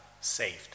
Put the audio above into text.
saved